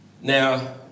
Now